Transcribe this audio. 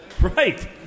Right